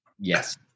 Yes